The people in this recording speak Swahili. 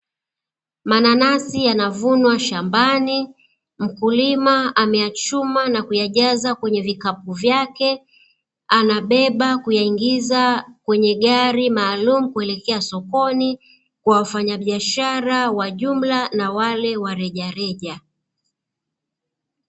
Mananasi yanavunwa shambani, mkulima ameyachuma na kuyajaza kwenye vikapu vyake, anabeba kuyaingiza kwenye gari maalumu kuelekea sokoni, kwa wafanyabiashara wa jumla na wale wa rejareja.